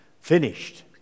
finished